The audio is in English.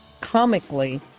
comically